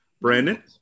Brandon